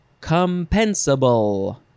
compensable